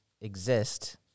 exist